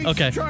Okay